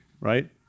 right